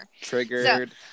triggered